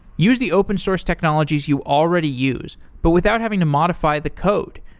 use the open source technologies you already use, but without having to modify the code,